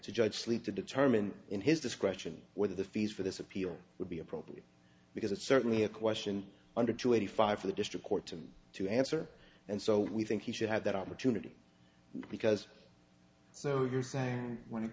to judge sleep to determine in his discretion whether the fees for this appeal would be a problem because it's certainly a question under to eighty five for the district court to answer and so we think he should have that opportunity because so you're saying when it